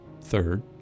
Third